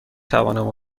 توانم